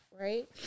right